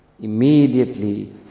immediately